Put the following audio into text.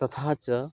तथा च